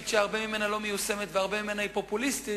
שהרבה ממנה לא מיושם והרבה ממנה פופוליסטי,